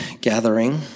gathering